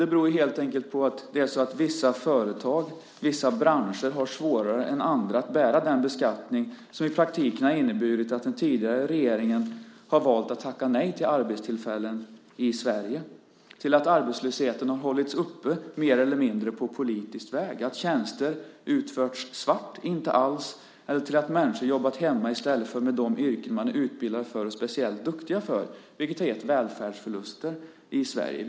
Det beror helt enkelt på att vissa företag, vissa branscher, har svårare än andra att bära den beskattning som i praktiken har inneburit att den tidigare regeringen har valt att tacka nej till arbetstillfällen i Sverige, att arbetslösheten har hållits uppe mer eller mindre på politisk väg, att tjänster utförts svart eller inte alls och att människor jobbat hemma i stället för i de yrken de är utbildade för och speciellt duktiga i. Det har gett välfärdsförluster i Sverige.